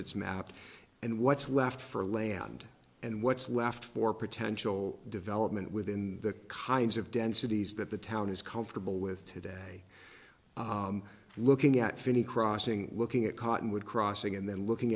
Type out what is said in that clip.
it's mapped and what's left for land and what's left for potential development within the kinds of densities that the town is comfortable with today looking at finney crossing looking at cottonwood crossing and then looking